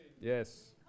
Yes